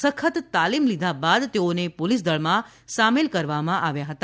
સખત તાલીમ લીધા બાદ તેઓને પોલીસ દળમાં સામેલ કરવામાં આવ્યા હતા